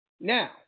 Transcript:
Now